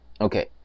okay